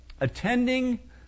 attending